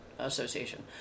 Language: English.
association